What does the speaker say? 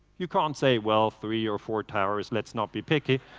you can't say, well three or four towers, let's not be picky.